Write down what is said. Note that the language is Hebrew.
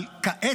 אבל כעת,